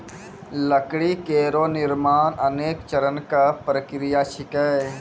लकड़ी केरो निर्माण अनेक चरण क प्रक्रिया छिकै